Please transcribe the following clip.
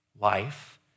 life